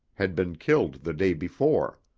had been killed the day before.